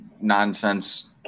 nonsense